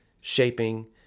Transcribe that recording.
shaping